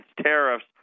tariffs